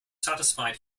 satisfied